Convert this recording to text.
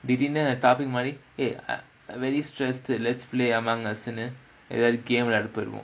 திடீருனு:thideerunu topic மாரி:maari eh very stress let's play among us எல்லாரும்:ellaarum game விளையாட போயிருவோம்:vilaiyaada poyiruvom